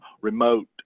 remote